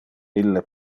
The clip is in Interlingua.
ille